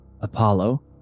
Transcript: Apollo